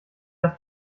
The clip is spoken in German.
das